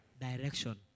direction